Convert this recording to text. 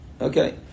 Okay